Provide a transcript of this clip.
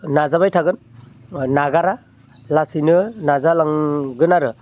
नाजाबाय थागोन नागारा लासैनो नाजालांगोन आरो